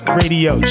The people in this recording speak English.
radio